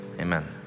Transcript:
Amen